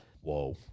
whoa